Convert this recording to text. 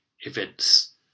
events